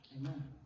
Amen